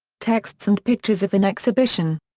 texts and pictures of an exhibition.